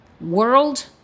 world